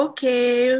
Okay